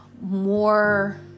more